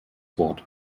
wort